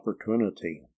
opportunity